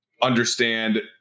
understand